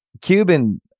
Cuban